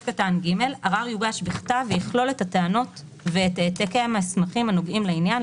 (ג)ערר יוגש בכתב ויכלול את הטענות ואת העתקי המסמכים הנוגעים לעניין,